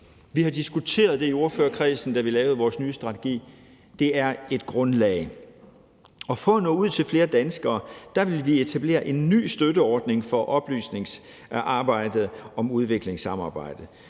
Vi har diskuteret det i ordførerkredsen, da vi lavede vores nye strategi. Det er et grundlag. For at nå ud til flere danskere vil vi etablere en ny støtteordning for oplysningsarbejdet om udviklingssamarbejdet,